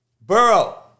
Burrow